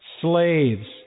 slaves